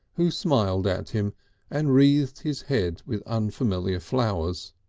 who smiled at him and wreathed his head with unfamiliar flowers.